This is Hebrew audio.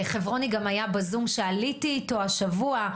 חברוני גם היה בזום שעליתי אתו השבוע,